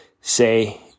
Say